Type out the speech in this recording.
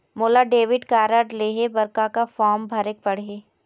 मोला debit card लेहे बर का का फार्म भरेक पड़ही?